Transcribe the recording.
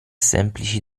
semplici